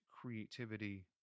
creativity